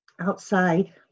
outside